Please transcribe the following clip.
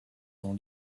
dans